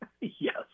Yes